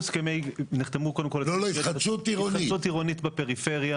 עבור הנושא של התחדשות עירונית בפריפריה